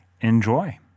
Enjoy